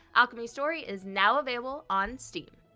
alchemy story is now available on steam.